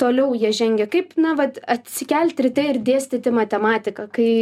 toliau jie žengia kaip na vat atsikelti ryte ir dėstyti matematiką kai